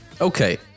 Okay